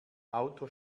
auto